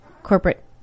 corporate